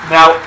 Now